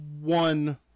one